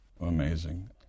Amazing